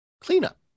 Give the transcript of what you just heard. cleanup